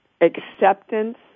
acceptance